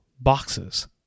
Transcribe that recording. boxes